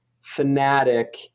fanatic